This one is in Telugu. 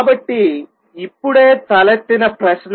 కాబట్టి ఇప్పుడే తలెత్తిన ప్రశ్న